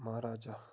महाराजा